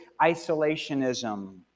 isolationism